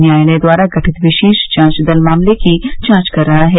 न्यायालय द्वारा गठित विशेष जांच दल मामले की जांच कर रहा है